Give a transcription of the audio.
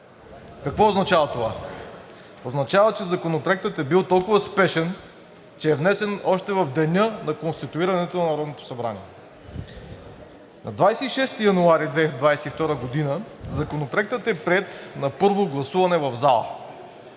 Какво означава това? Означава, че Законопроектът е бил толкова спешен, че е внесен още в деня на конституирането на Народното събрание. На 26 януари 2022 г. Законопроектът е приет на първо гласуване в залата.